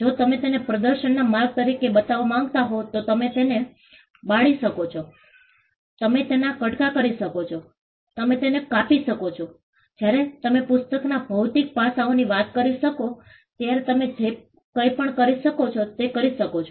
જો તમે તેને પ્રદર્શનના માર્ગ તરીકે બતાવવા માંગતા હોવ તો તમે તેને બાળી શકો છો તમે તેના કટકા કરી શકો છો તમે તેને કાપી શકો છો જ્યારે તમે પુસ્તકના ભૌતિક પાસાઓની વાત કરી શકો ત્યારે તમે જે કંઈ પણ કરી શકો તે કરી શકો છો